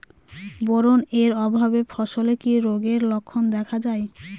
Boron এর অভাবে ফসলে কি রোগের লক্ষণ দেখা যায়?